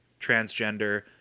transgender